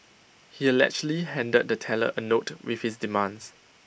he allegedly handed the teller A note with his demands